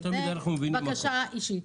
זו בקשה אישית.